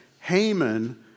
Haman